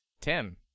Ten